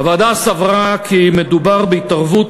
הוועדה סברה כי מדובר בהתערבות